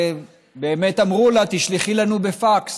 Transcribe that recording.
ובאמת אמרו לה: תשלחי לנו בפקס.